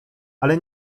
ale